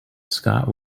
scott